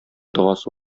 догасы